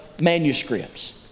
manuscripts